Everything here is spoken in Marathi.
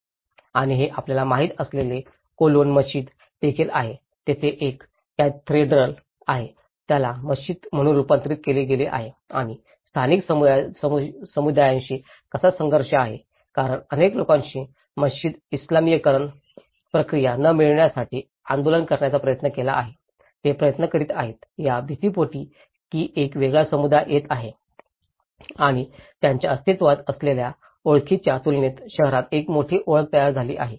आणि हे आपल्याला माहित असलेले कोलोन मशिद देखील आहे येथे एक कॅथेड्रल आहे ज्याला मशिद म्हणून रूपांतरित केले गेले आहे आणि स्थानिक समुदायांशी कसा संघर्ष आहे कारण अनेक लोकांनी मशीद इस्लामीकरण प्रक्रिया न मिळण्यासाठी आंदोलन करण्याचा प्रयत्न केला आहे ते प्रयत्न करीत आहेत या भीतीपोटी की एक वेगळा समुदाय येत आहे आणि त्यांच्या अस्तित्वात असलेल्या ओळखीच्या तुलनेत शहरात एक मोठी ओळख तयार झाली आहे